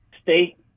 state